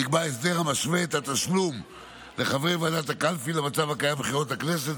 נקבע הסדר המשווה את התשלום לחברי ועדת הקלפי למצב הקיים בבחירות לכנסת,